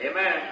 Amen